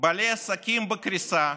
בעלי העסקים בקריסה,